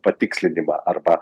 patikslinimą arba